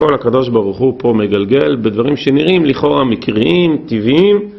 כל הקדוש ברוך הוא פה מגלגל בדברים שנראים לכאורה מקריים, טבעיים